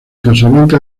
casablanca